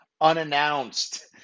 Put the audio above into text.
unannounced